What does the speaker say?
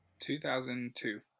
2002